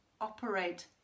operate